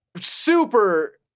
super